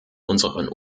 unseren